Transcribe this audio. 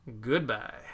goodbye